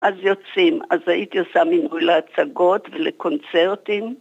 אז יוצאים, אז הייתי עושה מינוי הצגות ולקונצרטים